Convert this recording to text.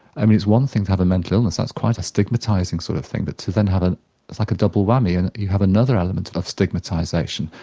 i mean it's one thing to have a mental illness that's quite a stigmatising sort of thing but to then have ah it's like a double whammy and you have another element of stigmatisation,